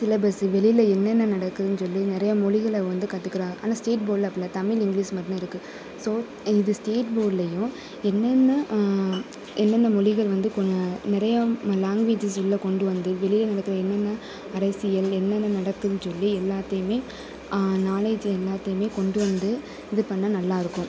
syllabus வெளியில் என்னென்ன நடக்குதுன்னு சொல்லி நிறையா மொழிகளை வந்து கற்றுக்கலாம் ஆனால் ஸ்டேட் போர்டில் அப்படில்ல தமிழ் இங்கிலீஸ் மட்டும்தான் இருக்குது ஸோ இது ஸ்டேட் போர்ட்லையும் என்னென்ன என்னென்ன மொழிகள் வந்து கொண் அ நிறைய லாங்குவேஜஸ் உள்ளே கொண்டு வந்து வெளியே நடக்கிற என்னென்ன அரசியல் என்னென்ன நடக்குதுன்னு சொல்லி எல்லாத்தையுமே நாலேஜ் எல்லாத்தையுமே கொண்டு வந்து இது பண்ணிணா நல்லா இருக்கும்